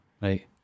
right